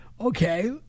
okay